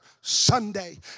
Sunday